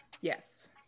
yes